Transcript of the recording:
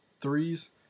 threes